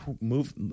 move